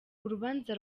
urubanza